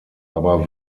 aber